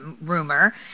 rumor